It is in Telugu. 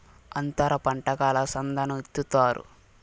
అంతర పంటగా అలసందను ఇత్తుతారు